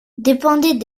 dépendait